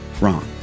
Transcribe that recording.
wrong